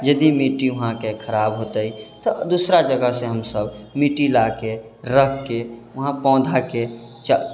यदि मिट्टी वहाँके खराब होतै तऽ दोसरा जगहसँ हमसब मिट्टी लाके रखिके वहाँ पौधाके